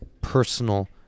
personal